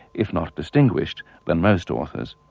if not distinguished, then most authors.